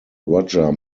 roger